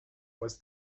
was